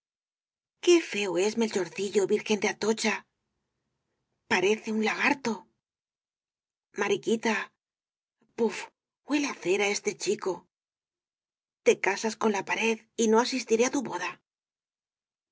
qué feo es melchorcillo virgen de atocha parece un lagarto mariquita puf huele á cera este chico te casas con la pared y no asistiré á tu boda